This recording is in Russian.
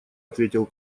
ответил